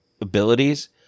abilities